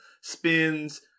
spins